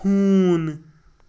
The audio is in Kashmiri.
ہوٗن